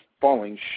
falling